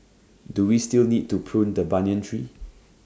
do we still need to prune the banyan tree